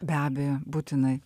be abejo būtinai